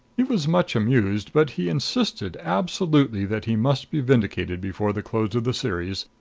he was much amused but he insisted, absolutely, that he must be vindicated before the close of the series,